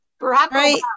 Right